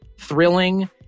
thrilling